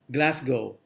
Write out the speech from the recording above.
Glasgow